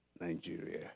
Nigeria